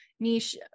Niche